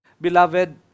beloved